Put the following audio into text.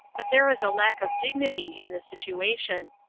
but there is a lack of dignity in the situation.